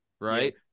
right